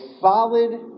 solid